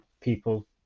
people